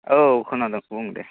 औ खोनादों बुं दे